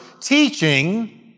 teaching